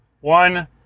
one